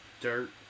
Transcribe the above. Dirt